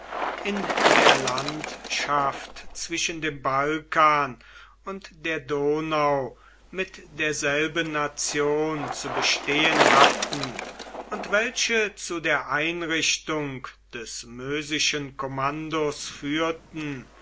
in der landschaft zwischen dem balkan und der donau mit derselben nation zu bestehen hatten und welche zu der einrichtung des mösischen kommandos führten